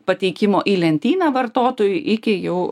pateikimo į lentyną vartotojui iki jo